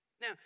Now